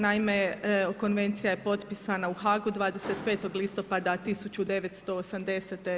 Naime, Konvencija je potpisana u Hagu 25. listopada 1980.